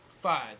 Five